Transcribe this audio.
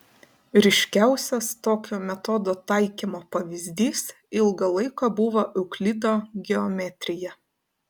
ryškiausias tokio metodo taikymo pavyzdys ilgą laiką buvo euklido geometrija